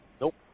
Nope